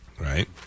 Right